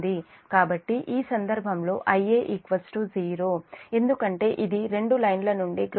కాబట్టి ఈ సందర్భంలో Ia 0 ఎందుకంటే ఇది రెండు లైన్ల నుండి గ్రౌండ్ ఫాల్ట్ Ia 0